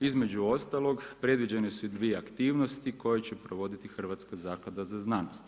Između ostalog predviđene su i dvije aktivnosti koje će provesti Hrvatska zaklada za znanost.